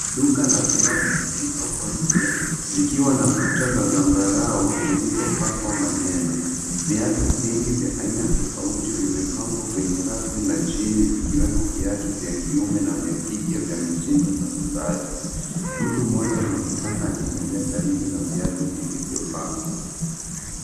Duka la viatu lililoko nje likiwa na kuta za zambarau zilizopakwa maneno. Viatu vingi vya aina tofauti vimepangwa kwenye rafu na chini zikiwemo viatu vya kiume na viatu na vya kike vya mitindo mbalimbali. Mtu mmoja anaonekana akitembe karibu na viatu vilivyopangwa.